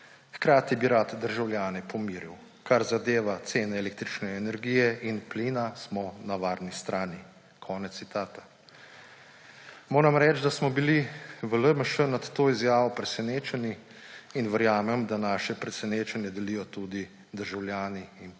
Hkrati bi rad državljane pomiril, kar zadeva cene električne energije in plina, smo na varni strani.« Moram reči, da smo bili v LMŠ nad to izjavo presenečeni, in verjamem, da naše presenečenje delijo tudi državljani in predstavniki